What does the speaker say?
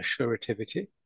Assurativity